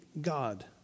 God